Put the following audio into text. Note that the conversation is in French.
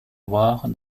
loire